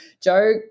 Joe